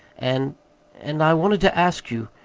and and i wanted to ask you.